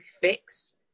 fix